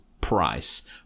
price